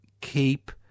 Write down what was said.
keep